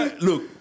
look